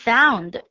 Found